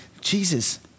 Jesus